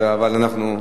אבל אנחנו,